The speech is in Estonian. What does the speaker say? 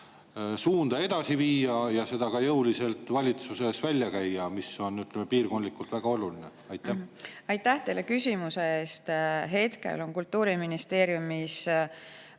suunal edasi [minna] ja seda ka jõuliselt valitsuses välja käia? See on piirkondlikult väga oluline [projekt]? Aitäh teile küsimuse eest! Hetkel on Kultuuriministeeriumis